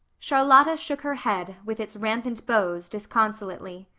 charlotta shook her head, with its rampant bows, disconsolately.